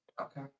okay